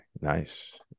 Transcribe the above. Nice